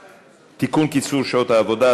קיצור שעות העבודה),